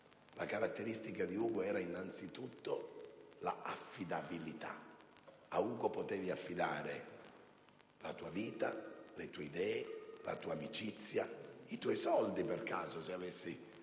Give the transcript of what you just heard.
sua caratteristica principale era innanzitutto l'affidabilità: a Ugo potevi affidare la tua vita, le tue idee, la tua amicizia, anche i tuoi soldi se per caso avessi